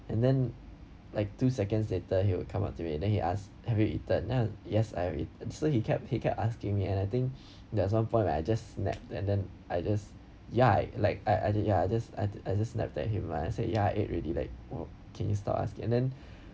and then like two seconds later he would come up to me and then he ask have you eaten then I yes I have ate so he kept he kept asking me and I think there was one point when I just snapped and then I just ya I like I I did ya I just I I just snapped at him lah I said ya ate already like oh can you stop asking and then